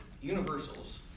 universals